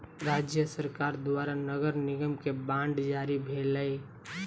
राज्य सरकार द्वारा नगर निगम के बांड जारी भेलै